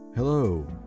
Hello